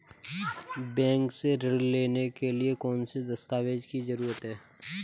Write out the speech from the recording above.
Bank से ऋण लेने के लिए कौन से दस्तावेज की जरूरत है?